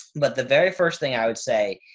but the very first thing i would say